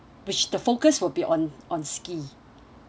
which the focus will be on on ski